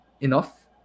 enough